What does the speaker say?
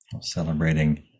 Celebrating